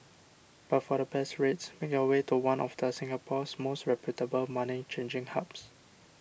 but for the best rates make your way to one of the Singapore's most reputable money changing hubs